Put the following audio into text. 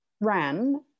ran